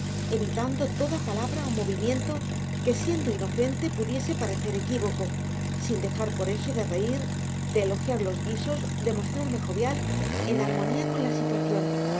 evitando toda palabra o movimiento que siendo inocente pudiese parecer equívoco sin dejar por eso de reír de elogiar los guisos de mostrarme jovial en armonía con la situación